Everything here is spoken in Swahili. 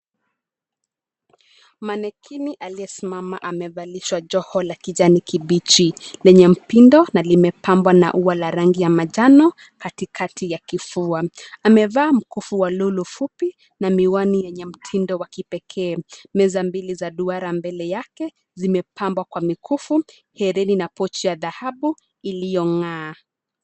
Manekini aliyesimama amevalishwa joho la kijani kibichi, lenye mpindo, na limepambwa na ua la rangi ya majano katikati ya kifua. Amevaa mkufu wa lulu fupi, na miwani yenye mtindo wa kipekee. Meza mbili za duara mbele yake, zimepambwa kwa mikufu, herini, na pochi ya dhahabu, iliyong'aa.